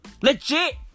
Legit